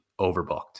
overbooked